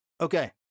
Okay